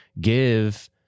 give